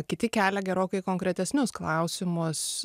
kiti kelia gerokai konkretesnius klausimus